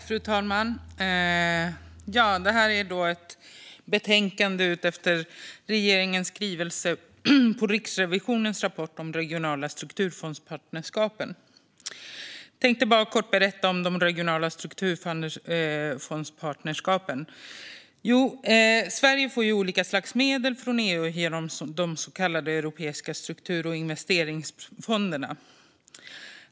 Fru talman! Det här är då ett betänkande som utgår från regeringens skrivelse om Riksrevisionens rapport om de regionala strukturfondspartnerskapen. Jag tänkte bara kort berätta om dem. Sverige får olika slags medel från EU genom de så kallade europeiska struktur och investeringsfonderna.